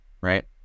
Right